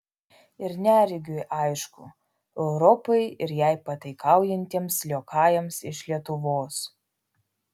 ir neregiui aišku europai ir jai pataikaujantiems liokajams iš lietuvos